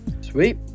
Sweet